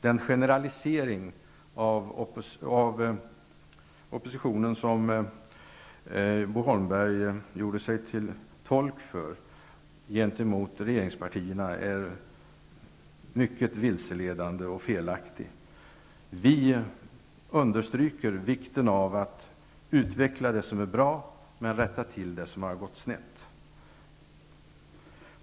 Den generalisering som oppositionen skyller regeringspartierna för och som Bo Holmberg här gjorde sig till tolk för är mycket vilseledande och felaktig. Vi understryker vikten av att utveckla det som är bra och rätta till det som har gått snett.